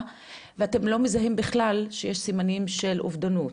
ואתם לא מזהים בכלל שיש סימנים של אובדנות.